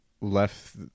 left